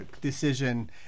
decision